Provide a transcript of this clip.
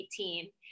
2018